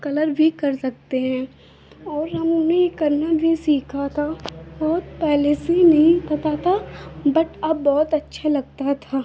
colour भी कर सकते हैं और हमने कलर भी सीखा था और पहले से नहीं पता था बट अब बहुत अच्छा लगता था